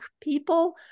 people